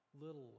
little